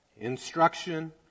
instruction